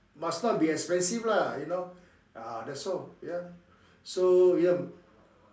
must not be expensive lah you know ah that's all so yup